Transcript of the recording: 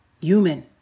human